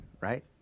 right